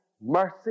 mercy